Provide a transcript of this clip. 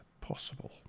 possible